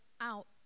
out